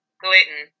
gluten